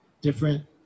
different